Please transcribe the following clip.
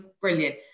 brilliant